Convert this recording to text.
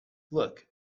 look